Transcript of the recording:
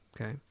Okay